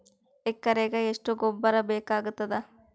ಎಕರೆಗ ಎಷ್ಟು ಗೊಬ್ಬರ ಬೇಕಾಗತಾದ?